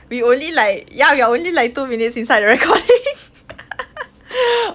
we're only like ya we're only like two minutes inside the recording